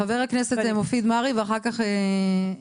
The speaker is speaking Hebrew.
חבר הכנסת מופיד מרעי ואחר כך סרגוסטי.